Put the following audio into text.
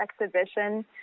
exhibition